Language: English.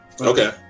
Okay